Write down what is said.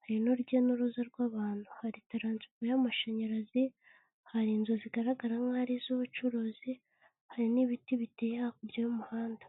hari n'urujya n'uruza rw'abantu, hari taransifo y'amashanyarazi, hari inzu zigaragara nkaho ari iz'ubucuruzi, hari n'ibiti biteye hakurya y'umuhanda.